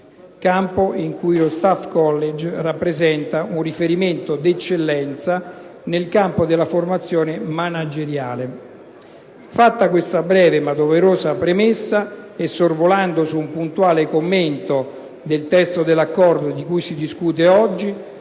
campo in cui lo Staff College rappresenta un riferimento di eccellenza nel settore della formazione manageriale. Fatta questa breve, ma doverosa premessa e sorvolando su un puntuale commento del testo dell'Accordo di cui si discute oggi,